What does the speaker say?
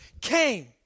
came